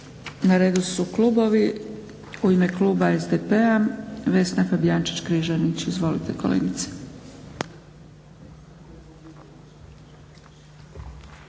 Na redu su klubovi. U ime kluba SDP-a Vesna Fabijančić Križanić izvolite. Izvolite